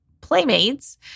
playmates